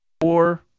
four